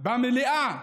במליאה.